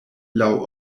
laŭ